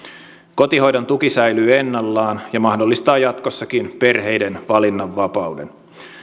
kotihoidon tuki säilyy ennallaan ja mahdollistaa jatkossakin perheiden valinnanvapauden